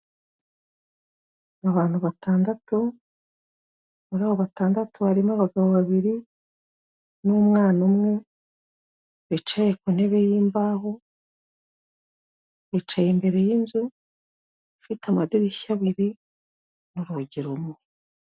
Abantu 6, muri abo batandatu harimo abagabo babiri n'umwana umwe bicaye ku ntebe y'imbaho bicaye imbere yinzu ifite amadirishya abiri nu urugi rumwe.